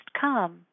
come